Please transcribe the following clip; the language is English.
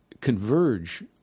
converge